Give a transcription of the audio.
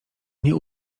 nie